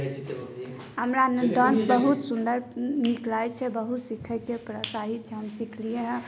हमरा डान्स बहुत सुन्दर बहुत नीक लागै छै बहुत सिखैके हम प्रोत्साहित छी हम सिखलिऐ हँ